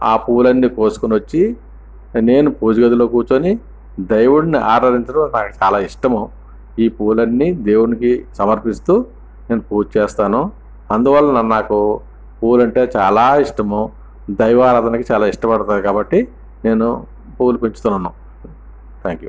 ఆ పూలన్నీ కోసుకుని వచ్చి నేను పూజగదిలో కూర్చొని దేవుణ్ణి ఆరాధించడం నాకు చాలా ఇష్టము ఈ పూలన్నీ దేవునికి సమర్పిస్తూ నేను పూజ చేస్తాను అందువల్ల నాకు పూలంటే చాలా ఇష్టం దైవారాధనకి చాలా ఇష్టపడతాను కాబట్టి నేను పూలు పెంచుతున్నాను థ్యాంక్ యూ